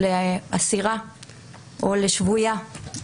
לאסירה או לשבוייה,